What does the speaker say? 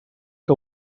que